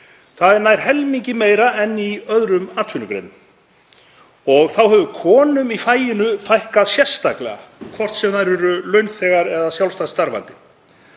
Það er nær helmingi meira en í öðrum atvinnugreinum. Og þá hefur konum í faginu fækkað sérstaklega, hvort sem þær eru launþegar eða sjálfstætt starfandi.